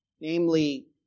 namely